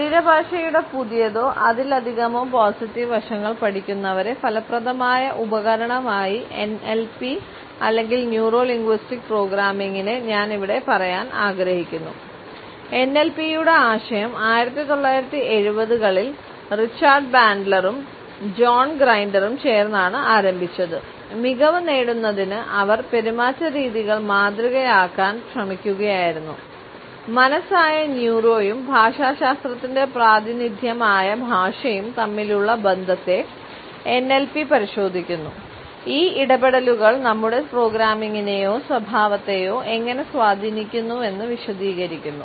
ശരീരഭാഷയുടെ പുതിയതോ അതിലധികമോ പോസിറ്റീവ് വശങ്ങൾ പഠിക്കുന്നതുവരെ ഫലപ്രദമായ ഉപകരണമായ എൻഎൽപി പരിശോധിക്കുന്നു ഈ ഇടപെടലുകൾ നമ്മുടെ പ്രോഗ്രാമിംഗിനെയോ സ്വഭാവത്തെയോ എങ്ങനെ സ്വാധീനിക്കുന്നുവെന്ന് വിശദീകരിക്കുന്നു